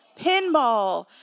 Pinball